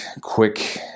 quick